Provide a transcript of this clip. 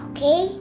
Okay